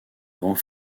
grands